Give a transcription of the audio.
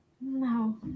No